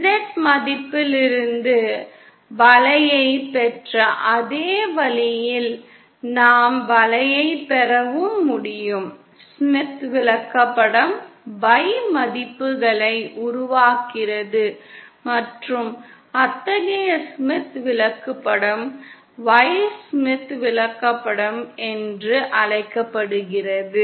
Z மதிப்பிலிருந்து வளைவைப் பெற்ற அதே வழியில் நாம் வளைவைப் பெறவும் முடியும் ஸ்மித் விளக்கப்படம் Y மதிப்புகளை உருவாக்குகிறது மற்றும் அத்தகைய ஸ்மித் விளக்கப்படம் Y ஸ்மித் விளக்கப்படம் என்று அழைக்கப்படுகிறது